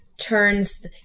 turns